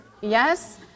yes